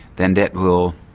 then that will